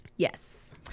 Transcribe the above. Yes